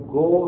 go